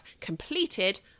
completed